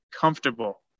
comfortable